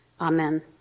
Amen